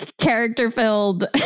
character-filled